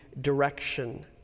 direction